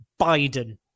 Biden